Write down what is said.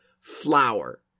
flower